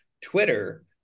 Twitter